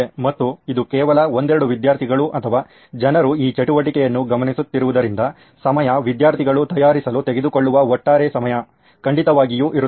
ಮತ್ತು ಇದು ಕೇವಲ ಒಂದೆರಡು ವಿದ್ಯಾರ್ಥಿಗಳು ಅಥವಾ ಜನರು ಈ ಚಟುವಟಿಕೆಯನ್ನು ಗಮನಿಸುತ್ತಿರುವುದರಿಂದ ಸಮಯ ವಿದ್ಯಾರ್ಥಿಗಳು ತಯಾರಿಸಲು ತೆಗೆದುಕೊಳ್ಳುವ ಒಟ್ಟಾರೆ ಸಮಯ ಖಂಡಿತವಾಗಿಯೂ ಇರುತ್ತದೆ